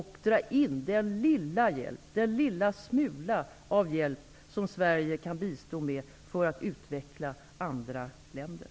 Han vill dra in den lilla smula av hjälp som Sverige kan bistå med för att utveckla andra länder.